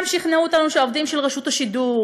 גם שכנעו אותנו שהעובדים של רשות השידור,